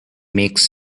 makes